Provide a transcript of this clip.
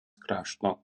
krašto